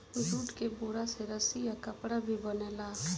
jute के बोरा से रस्सी आ कपड़ा भी बनेला